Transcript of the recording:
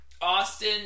Austin